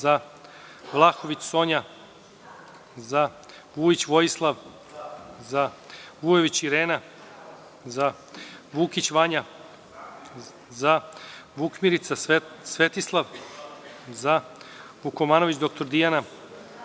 zaVlahović Sonja – zaVujić Vojislav – zaVujović Irena – zaVukić Vanja – zaVukmirica Svetislav – zaVukomanović dr Dijana